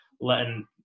letting